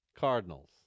Cardinals